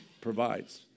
provides